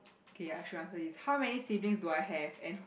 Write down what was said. okay I should answer this how many siblings do I have and wh~